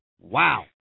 wow